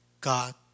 God